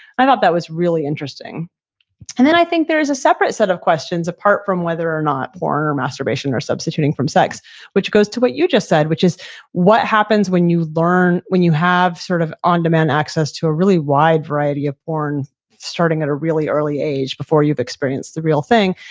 i thought that was really interesting and then i think there's a separate set of questions apart from whether or not porn or masturbation or substituting from sex which goes to what you just said, which is what happens when you learn, when you have sort of on demand access to a really wide variety of porn starting at a really early age before you've experienced the real thing.